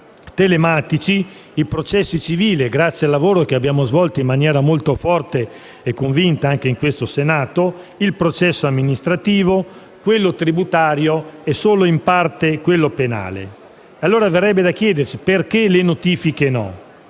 telematici i processi civili, grazie al lavoro svolto in maniera convinta in questo Senato, il processo amministrativo, quello tributario e solo in parte quello penale. Allora verrebbe da chiedersi perché le notifiche non